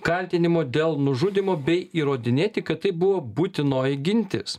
kaltinimo dėl nužudymo bei įrodinėti kad tai buvo būtinoji gintis